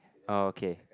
oh okay